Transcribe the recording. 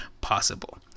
possible